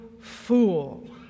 fool